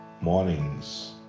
mornings